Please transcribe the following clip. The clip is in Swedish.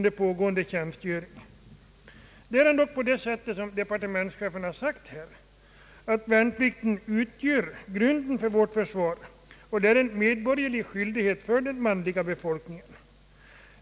Departementschefen har ju dock sagt här att värnplikten, som utgör grunden för vårt försvar, är en medborgerlig skyildighet för den manliga befolkningen.